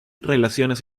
relaciones